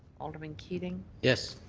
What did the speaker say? alderman keating. yes.